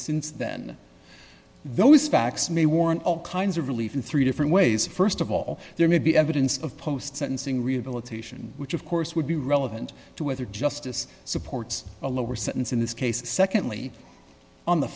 since then those facts may warrant all kinds of relief in three different ways st of all there may be evidence of post sentencing rehabilitation which of course would be relevant to whether justice supports a lower sentence in this case secondly on the